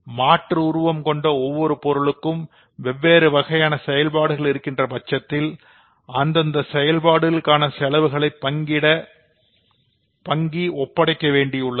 மாற்று உருவம் கொண்ட ஒவ்வொரு பொருளுக்கும் வெவ்வேறு வகையான செயல்பாடுகள் இருக்கின்ற பட்சத்தில் அந்தந்த செயல்பாடுகளுக்கான செலவுகளை பங்கி ஒப்படைக்க வேண்டியுள்ளது